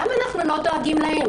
למה אנחנו לא דואגים להם?